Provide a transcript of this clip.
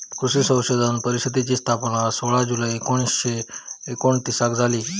कृषी संशोधन परिषदेची स्थापना सोळा जुलै एकोणीसशे एकोणतीसाक झाली